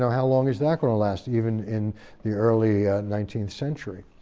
so how long is that gonna last, even in the early nineteenth century.